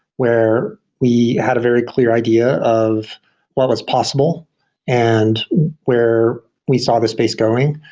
where we had a very clear idea of what was possible and where we saw the space going.